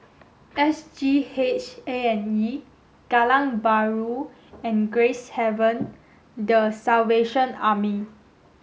S G H A and E Kallang Bahru and Gracehaven the Salvation Army